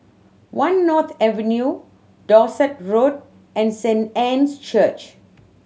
One North Avenue Dorset Road and Saint Anne's Church